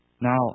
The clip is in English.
Now